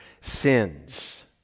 sins